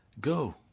go